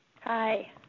Hi